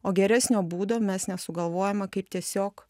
o geresnio būdo mes nesugalvojome kaip tiesiog